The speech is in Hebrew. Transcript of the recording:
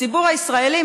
הציבור הישראלי,